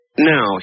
Now